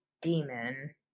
demon